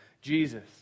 Jesus